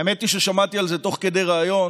האמת היא ששמעתי על זה תוך כדי ריאיון